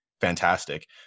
fantastic